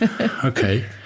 okay